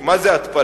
כי מה זה התפלה?